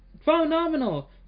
Phenomenal